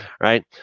right